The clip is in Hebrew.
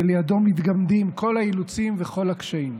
שלידו מתגמדים כל האילוצים וכל הקשיים.